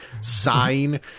sign